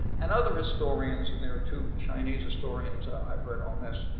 and other historians, and there are two chinese historians i've read on this,